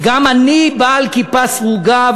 גם אני בעל כיפה סרוגה,